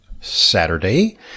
Saturday